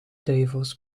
duivels